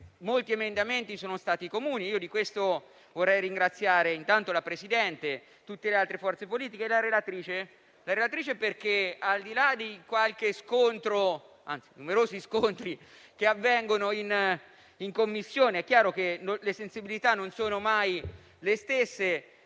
molti emendamenti sono stati comuni. Per questo vorrei ringraziare la presidente, tutte le altre forze politiche e la relatrice perché, al di là dei numerosi scontri che avvengono in Commissione poiché le sensibilità non sono mai le stesse,